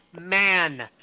man